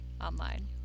online